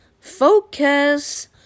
focus